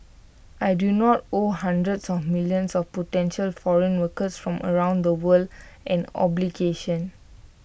I do not owe hundreds of millions of potential foreign workers from around the world an obligation